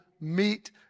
meet